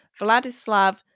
Vladislav